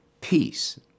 peace